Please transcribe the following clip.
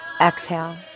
exhale